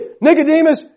Nicodemus